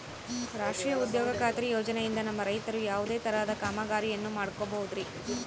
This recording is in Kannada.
ರಾಷ್ಟ್ರೇಯ ಉದ್ಯೋಗ ಖಾತ್ರಿ ಯೋಜನೆಯಿಂದ ನಮ್ಮ ರೈತರು ಯಾವುದೇ ತರಹದ ಕಾಮಗಾರಿಯನ್ನು ಮಾಡ್ಕೋಬಹುದ್ರಿ?